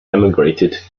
emigrated